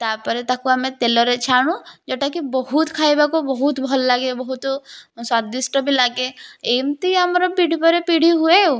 ତାପରେ ତାକୁ ଆମେ ତେଲରେ ଛାଣୁ ଯୋଉଁଟାକି ବହୁତ ଖାଇବାକୁ ବହୁତ ଭଲ ଲାଗେ ବହୁତ ସ୍ୱାଦିଷ୍ଟ ବି ଲାଗେ ଏମିତି ଆମର ପିଢ଼ୀ ପରେ ପିଢ଼ୀ ହୁଏ ଆଉ